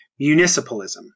municipalism